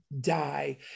die